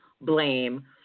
blame